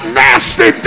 nasty